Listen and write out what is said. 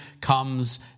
comes